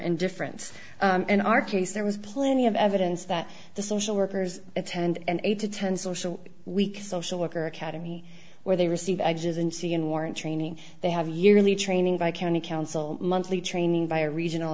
indifference in our case there was plenty of evidence that the social workers attend an eight to ten social week social worker academy where they receive edges and see and warrant training they have yearly training by county council monthly training by a regional